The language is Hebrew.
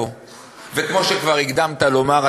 וכמו שכבר הקדמת לומר,